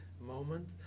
moment